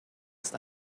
ist